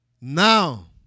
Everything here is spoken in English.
Now